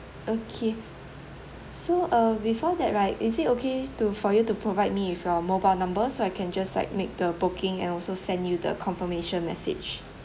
okay so uh before that right is it okay to for you to provide me with your mobile number so I can just like make the booking and also send you the confirmation message